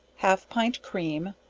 half pint cream,